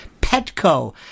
Petco